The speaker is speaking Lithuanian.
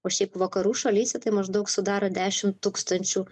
o šiaip vakarų šalyse tai maždaug sudaro dešim tūkstančių